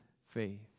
faith